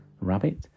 Rabbit